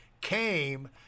came